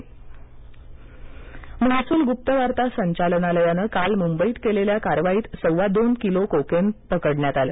cocaine महसूल गुप्तवार्ता संचालनालयानं काल मुंबईत केलेल्या कारवाईत सव्वादोन किलो कोकेन पकडण्यात आलं